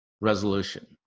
resolution